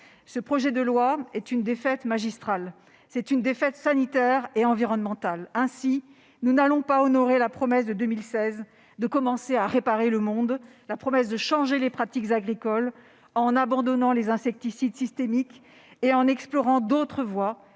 Ce projet de loi est une défaite magistrale ; c'est une défaite sanitaire et environnementale. Ainsi, nous n'honorerons pas la promesse faite en 2016 de commencer à réparer le monde, à changer les pratiques agricoles en abandonnant les insecticides systémiques et en explorant d'autres voies,